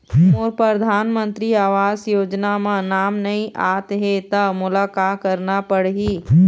मोर परधानमंतरी आवास योजना म नाम नई आत हे त मोला का करना पड़ही?